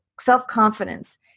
self-confidence